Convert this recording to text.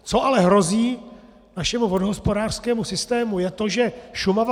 Co ale hrozí našemu vodohospodářskému systému, je to, že Šumava usychá.